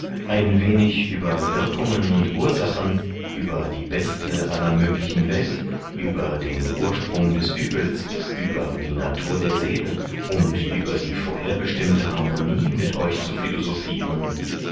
ein wenig über wirkungen und ursachen über die beste aller möglichen welt über den ursprung des uebels über die natur der seele und über die vorherbestimmte harmonie mit euch zu philosophiren